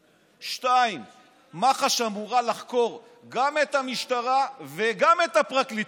2. מח"ש אמורה לחקור גם את המשטרה וגם את הפרקליטות,